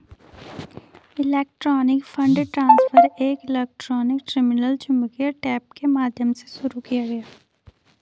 electronic fund transfer एक electronic terminal चुंबकीय tape के माध्यम से शुरू किया गया